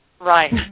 Right